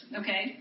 okay